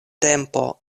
tempo